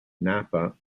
napa